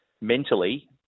mentally